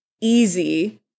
easy